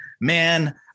Man